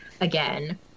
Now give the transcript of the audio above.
again